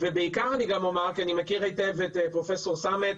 ובעיקר אני גם אומר כי אני מכיר היטב את פרופ' סמט.